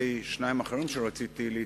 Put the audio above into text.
לגבי שניים אחרים שרציתי להתייחס,